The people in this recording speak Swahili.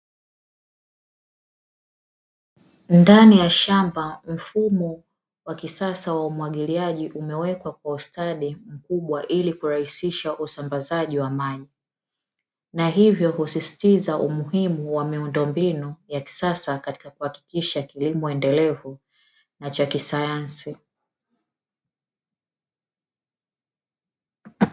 Ndani ya shamba, mfumo wa kisasa wa umwagiliaji umewekwa kwa ustadi mkubwa ili kurahisisha usambazaji wa maji, na hivyo husisitiza miundo mbinu ya kisasa katika kuhakikisha kilimo endelevu na cha kisayansi.